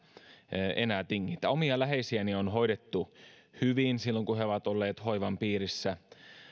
enää tingitä omia läheisiäni on hoidettu hyvin silloin kun he ovat olleet hoivan piirissä